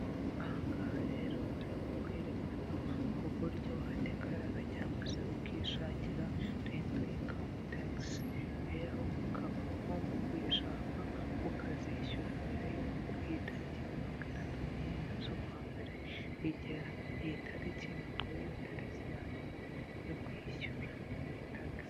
ahangaha rero barimo kweyerekana uburyo wadekarara cyangwa se ukishakira rento inkamu tagisi rero ukaba ugomba kuyishaka ukazishyura mbere y'uko iyi tariki ya mirongo itatu n'imwe z'ukwa mbere igera. Iyi tariki akaba ariyo tariki ya nyuma yo kwishyura iyi tagisi.